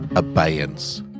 Abeyance